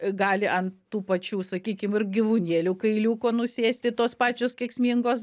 gali ant tų pačių sakykim ir gyvūnėlių kailiuko nusėsti tos pačios kenksmingos